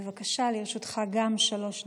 בבקשה, גם לרשותך שלוש דקות.